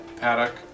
Paddock